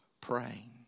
praying